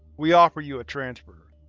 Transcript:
we offer you a transfer.